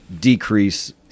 decrease